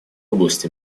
области